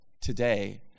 today